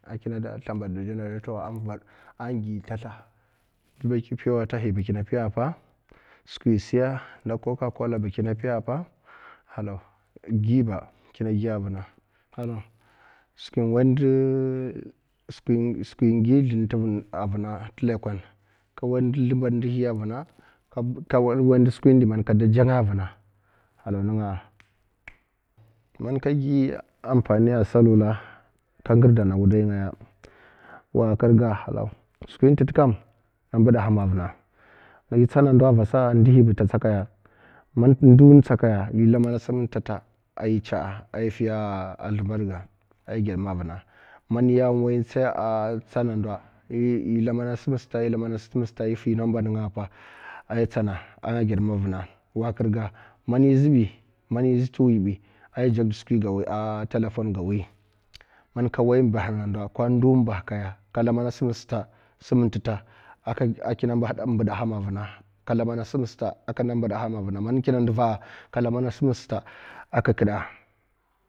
A’ kinada shimbada a’ zhenarato a ran a'gi te sli diibaki a’ yam in tye luda suki in siya a’ na koka kola ba kina piyapa halaw giba kina giya a’ ranna suki in gislin av vanna ti lukol ka wandi slibad a’ vanna ka wand suki indi maka da wande a’ vanna a halawd ndinga a’ man ka gi a’ slina a’ telaphone ka ngar da na a’ wudai ngaya man adum in tsakaya ilamana a’ sam tela ni tsa a’ i ged a’ slibad ga ai ged ma vuna man ya wai tsiya a’ i tsana ndo i laman a’ sam teta ai ged ma vuna i lamana sam sata ai gud ma vuna ifi numeru ningape ai gud ma vuna wa kir ga mai zhe bi man i zhe tuwivi ai chakda telephone ga wi man ka wai bahasa ndo kalaman san tita a’ lima mbidaha a vuna a man a’ kina nduva a’ a’ ka kda a